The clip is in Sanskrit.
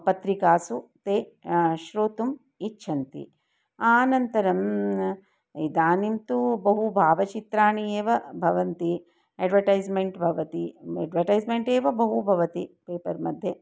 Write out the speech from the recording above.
पत्रिकासु ते श्रोतुम् इच्छन्ति अनन्तरम् इदानीं तु बहु भावचित्राणि एव भवन्ति एड्वटैस्मेण्ट् भवन्ति एड्वटैस्मेण्ट् एव बहु भवति पेपर् मध्ये